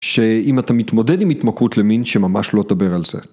שאם אתה מתמודד עם התמכרות למין שממש לא תדבר על זה.